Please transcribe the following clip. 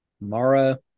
mara